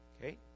Okay